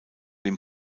dem